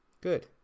good